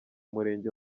murenge